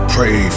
Pray